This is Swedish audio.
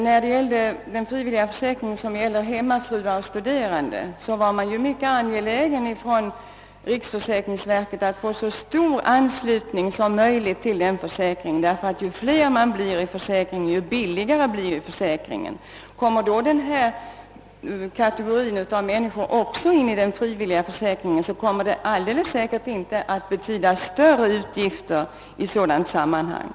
När det gällde den frivilliga försäkringen för hemmafruar och studerande var man från riksförsäkringsverkets sida mycket angelägen att få så stor anslutning som möjligt, ty ju fler försäkringstagare, desto billigare blir försäkringen. Kommer också de kategorier av människor, som vi här talar om, att inkluderas i den frivilliga försäkringen, medför det säkert inte några större utgifter i sammanhanget.